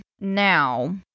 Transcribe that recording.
now